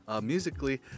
musically